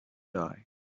die